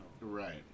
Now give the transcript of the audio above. right